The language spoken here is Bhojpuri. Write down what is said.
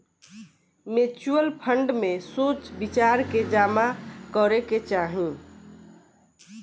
म्यूच्यूअल फंड में सोच विचार के जामा करे के चाही